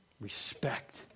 Respect